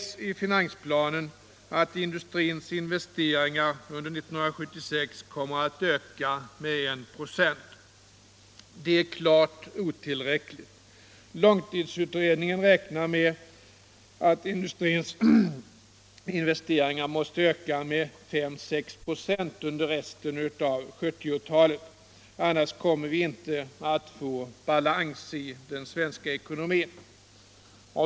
I finansplanen sägs att industrins investeringar under 1976 kommer att öka med 1 ".. Det är klart otillräckligt. Långtidsutredningen räknar med att industrins investeringar måste öka med 5-6 ", under resten av 1970-talet. Annars kommer vi inte att få balans i den svenska ekonomin.